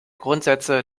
grundsätze